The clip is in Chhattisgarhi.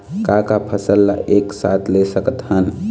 का का फसल ला एक साथ ले सकत हन?